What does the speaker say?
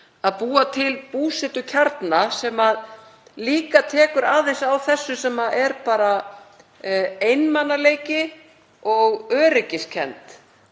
að búa til búsetukjarna sem tekur líka aðeins á því sem er bara einmanaleiki og öryggiskennd.